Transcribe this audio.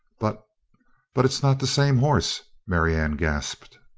but but it's not the same horse! marianne gasped.